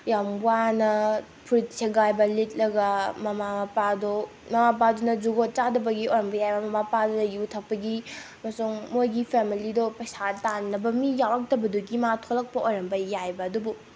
ꯌꯥꯝ ꯋꯥꯅ ꯐꯨꯔꯤꯠ ꯁꯦꯒꯥꯏꯕ ꯂꯤꯠꯂꯒ ꯃꯃꯥ ꯃꯄꯥꯗꯣ ꯃꯃꯥ ꯃꯄꯥꯗꯨꯅ ꯖꯨꯒꯣꯠ ꯆꯥꯗꯕꯒꯤ ꯑꯣꯏꯔꯝꯕ ꯌꯥꯏ ꯃꯄꯥꯗꯨꯅ ꯌꯨ ꯊꯛꯄꯒꯤ ꯑꯃꯁꯨꯡ ꯃꯣꯏꯒꯤ ꯐꯦꯝꯂꯤꯗꯣ ꯄꯩꯁꯥ ꯇꯥꯟꯅꯕ ꯃꯤ ꯌꯥꯎꯔꯛꯇꯕꯗꯨꯒꯤ ꯃꯥ ꯊꯣꯛꯂꯛꯄ ꯑꯣꯏꯔꯝꯕ ꯌꯥꯏꯌꯦꯕ ꯑꯗꯨꯕꯨ